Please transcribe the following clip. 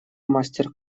мастер